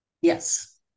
Yes